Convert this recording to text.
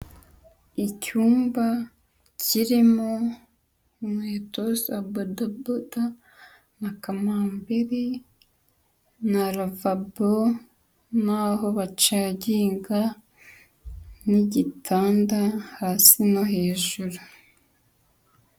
Icyumba kirimo inkweto za badoboda na kamambiri na ravabo n'aho bacaginga, n'igitanda hasi no hejuru.